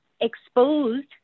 exposed